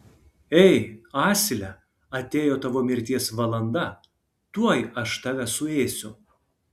ei asile atėjo tavo mirties valanda tuoj aš tave suėsiu